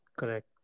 Correct